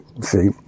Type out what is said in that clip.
see